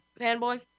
fanboy